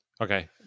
Okay